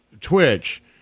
Twitch